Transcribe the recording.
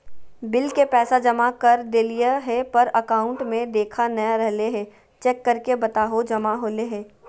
Bill के पैसा जमा कर देलियाय है पर अकाउंट में देखा नय रहले है, चेक करके बताहो जमा होले है?